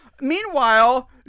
Meanwhile